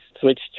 switched